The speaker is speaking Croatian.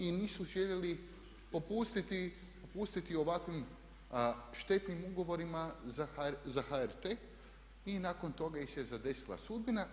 I nisu željeli popustiti ovakvim štetnim ugovorima za HRT, a nakon toga ih je zadesila sudbina.